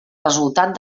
resultat